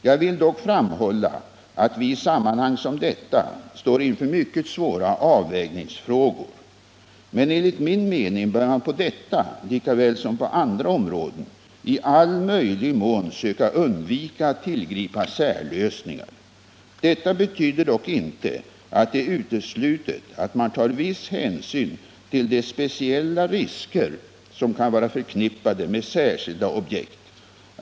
Jag vill dock framhålla att vi i sammanhang som detta står inför mycket svåra avvägningsfrågor. Men enligt min mening bör man på detta lika väl som på andra områden i all möjlig mån söka undvika att tillgripa särlösningar. Detta betyder dock inte att det är uteslutet att man tar viss hänsyn till de speciella risker som kan vara förknippade med särskilda objekt.